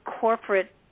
corporate